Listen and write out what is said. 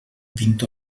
vint